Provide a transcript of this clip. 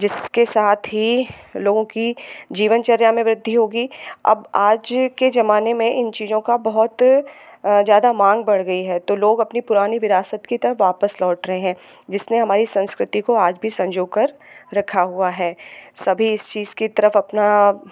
जिसके साथ ही लोगों की जीवनचर्या में वृद्धि होगी अब आज के ज़माने में इन चीज़ों का बहुत ज़्यादा मांग बढ़ गई है तो लोग अपनी पुरानी विरासत की तरफ वापस लौट रहे हैं जिसने हमारी संस्कृति को आज भी संजोकर रखा हुआ है सभी इस चीज़ की तरफ अपना